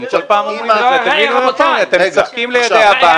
אתם שוב משחקים לידי הבנקים.